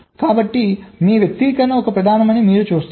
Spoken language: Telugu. కాబట్టి మీ వ్యక్తీకరణ ఒక ప్రధానమని మీరు చూస్తారు